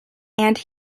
and